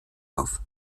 auf